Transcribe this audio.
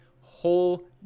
whole